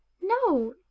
No